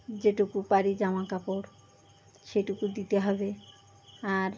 যেটুকু পারি জামাকাপড় সেইটুকু দিতে হবে আর